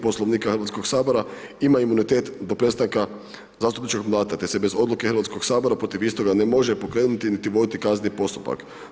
Poslovnika Hrvatskog sabora ima imunitet do prestanka zastupničkog mandata te se bez odluke Hrvatskog sabora protiv istoga ne može pokrenuti niti voditi kazneni postupak.